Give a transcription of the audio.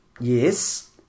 Yes